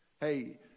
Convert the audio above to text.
Hey